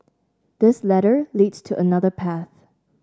this ladder leads to another path